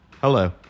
Hello